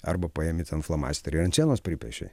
arba paimi ten flomasterį ant sienos pripiešei